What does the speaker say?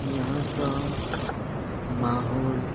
یہاں کا ماحول